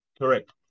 correct